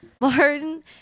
Martin